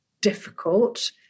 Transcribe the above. difficult